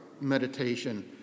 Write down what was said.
meditation